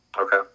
Okay